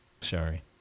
sorry